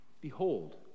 Behold